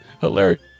hilarious